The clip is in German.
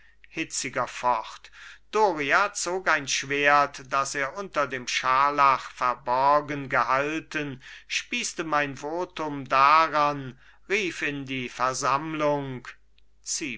hitziger fort doria zog ein schwert das er unter dem scharlach verborgen gehalten spießte mein votum daran rief in die versammlung